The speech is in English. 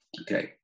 okay